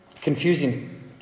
confusing